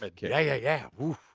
bit kit. yeah, yeah yeah! whoo!